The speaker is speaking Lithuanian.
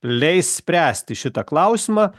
leis spręsti šitą klausimą